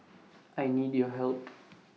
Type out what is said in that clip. I need your help